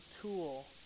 tool